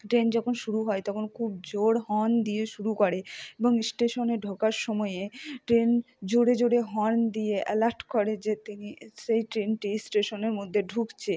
train যখন শুরু হয় তখন খুব জোর হর্ন দিয়ে শুরু করে এবং স্টেশনে ঢোকার সময়ে ট্রেন জোরে জোরে হর্ন দিয়ে অ্যালার্ট করে যে তিনি সেই ট্রেনটি স্টেশনের মধ্যে ঢুকছে